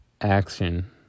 action